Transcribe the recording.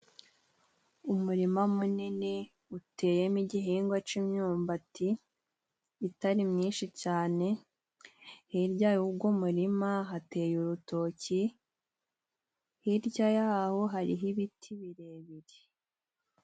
Umurima munini uteyemo igihingwa c'imyumbati itari myinshi cane, hirya y'ugo murima hateye urutoki, hirya yaho hariho ibiti birebire.